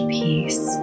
peace